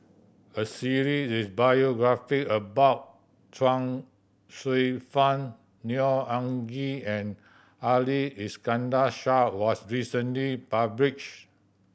a series biography about Chuang Hsueh Fang Neo Anngee and Ali Iskandar Shah was recently published